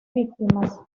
víctimas